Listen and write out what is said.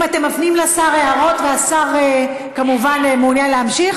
אם אתם מפנים לשר הערות וכמובן השר מעוניין להמשיך,